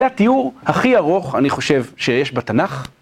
זה התיאור הכי ארוך, אני חושב, שיש בתנ״ך.